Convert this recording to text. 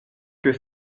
que